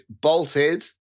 bolted